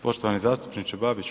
Poštovani zastupniče Babić.